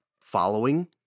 following